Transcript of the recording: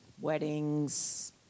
weddings